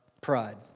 pride